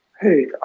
Hey